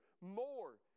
more